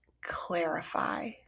clarify